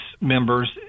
members